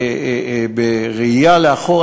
בראייה לאחור,